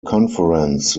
conference